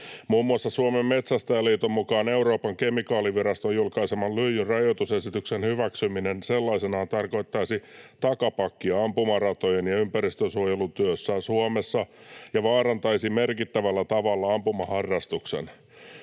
Muun muassa Suomen Metsästäjäliiton mukaan Euroopan kemikaaliviraston julkaiseman lyijynrajoitusesityksen hyväksyminen sellaisenaan tarkoittaisi takapakkia ampumaratojen ympäristönsuojelutyössä Suomessa ja vaarantaisi merkittävällä tavalla ampumaharrastuksen.